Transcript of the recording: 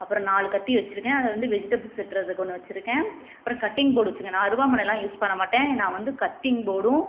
அப்புறம் நாலு கத்தி வச்சுருக்கேன் அது வந்து வெஜிடபிள்ஸ் வெட்டுறதுக்கு ஒன்று வச்சுருக்கேன் அப்புறம் கட்டிங் போர்ட் வச்சுருக்கேன் நான் அருவாள்மனைலான் யூஸ் பண்ணமாட்டேன் நான் வந்து கட்டிங் போர்டும்